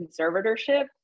conservatorship